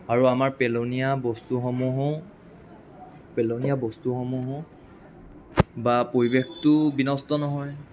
আৰু আমাৰ পেলনীয়া বস্তুসমূহো পেলনীয়া বস্তুসমূহো বা পৰিৱেশটোও বিনষ্ট নহয়